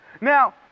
Now